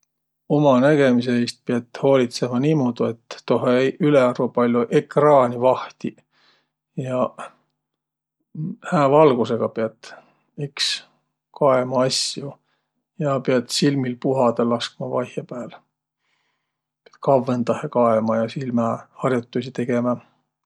Uma nägemise iist hoolitsõt niimuudu, et tohe-eiq ülearvo pall'o ekraani vahtiq. Ja hää valgusõga piät iks kaema asjo ja piät silmil puhadaq laskma vaihõpääl, et kavvõnahe kaema ja silmähar'otuisi tegemä.